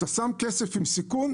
כשאתה שם כסף עם סיכון,